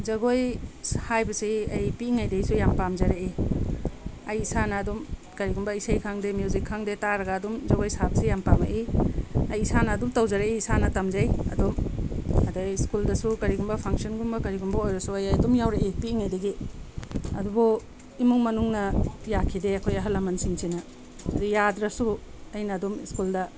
ꯖꯒꯣꯏ ꯍꯥꯏꯕꯁꯤ ꯑꯩ ꯄꯤꯛꯂꯤꯉꯩꯗꯒꯤꯁꯨ ꯌꯥꯝꯅ ꯄꯥꯝꯖꯔꯛꯏ ꯑꯩ ꯏꯁꯥꯅ ꯑꯗꯨꯝ ꯀꯔꯤꯒꯨꯝꯕ ꯏꯁꯩ ꯈꯪꯗꯦ ꯃ꯭ꯌꯨꯖꯤꯛ ꯈꯪꯗꯦ ꯇꯥꯔꯒ ꯑꯗꯨꯝ ꯖꯒꯣꯏ ꯁꯥꯕꯁꯦ ꯌꯥꯝ ꯄꯥꯝꯃꯛꯏ ꯑꯩ ꯏꯁꯥꯅ ꯑꯗꯨꯝ ꯇꯧꯖꯔꯛꯏ ꯏꯁꯥꯅ ꯇꯝꯖꯩ ꯑꯗꯣ ꯑꯗꯒꯤ ꯁ꯭ꯀꯨꯜꯗꯁꯨ ꯀꯔꯤꯒꯨꯝꯕ ꯐꯪꯁꯟꯒꯨꯝꯕ ꯀꯔꯤꯒꯨꯝꯕ ꯑꯣꯏꯔꯁꯨ ꯑꯩ ꯑꯗꯨꯝ ꯌꯥꯎꯔꯛꯏ ꯄꯤꯛꯂꯤꯉꯩꯗꯒꯤ ꯑꯗꯨꯕꯨ ꯏꯃꯨꯡ ꯃꯅꯨꯡꯅ ꯌꯥꯈꯤꯗꯦ ꯑꯩꯈꯣꯏ ꯑꯍꯜ ꯂꯃꯟꯁꯤꯡꯁꯤꯅ ꯑꯗꯣ ꯌꯥꯗ꯭ꯔꯁꯨ ꯑꯩꯅ ꯑꯗꯨꯝ ꯁ꯭ꯀꯨꯜꯗ